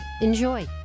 Enjoy